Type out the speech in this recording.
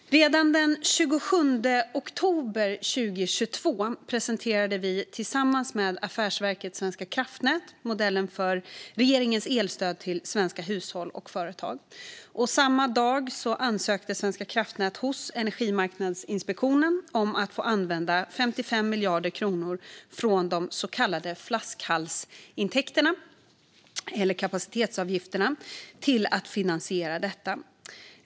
Redan den 27 oktober 2022 presenterade vi tillsammans med Affärsverket svenska kraftnät modellen för regeringens elstöd till svenska hushåll och företag. Samma dag ansökte Svenska kraftnät hos Energimarknadsinspektionen om att få använda 55 miljarder kronor från de så kallade flaskhalsintäkterna, eller kapacitetsavgifterna, till att finansiera detta.